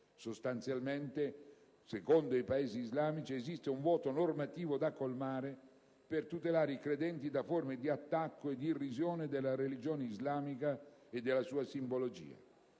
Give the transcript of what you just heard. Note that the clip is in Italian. Sostanzialmente, secondo i Paesi islamici esiste un vuoto normativo da colmare per tutelare i credenti da forme di attacco e di irrisione della religione islamica e della sua simbologia.